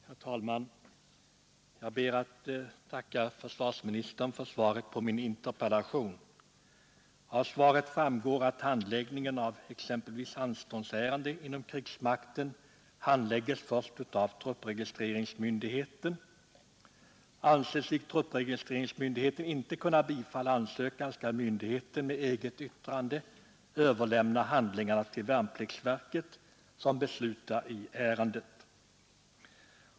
Herr talman! Jag ber att få tacka försvarsministern för svaret på min interpellation. Av svaret framgår att exempelvis anståndsärenden inom krigsmakten handläggs först av truppregistreringsmyndigheten. Anser sig truppregistreringsmyndigheten inte kunna bifalla ansökan skall myndigheten med eget yttrande överlämna handlingarna till värnpliktsverket, som beslutar i ärendet.